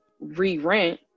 re-rent